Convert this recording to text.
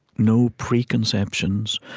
no preconceptions,